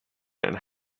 and